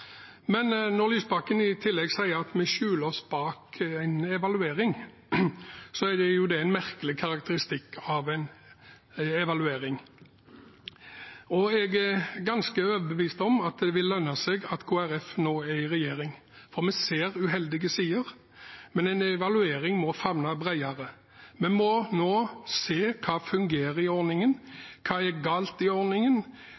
Men når Lysbakken i tillegg sier at vi skjuler oss bak en evaluering, er jo det en merkelig karakteristikk av en evaluering. Jeg er ganske overbevist om at det vil lønne seg at Kristelig Folkeparti nå er i regjering, for vi ser uheldige sider. Men en evaluering må favne bredere. Vi må nå se hva i ordningen som fungerer, hva som er galt i